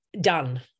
done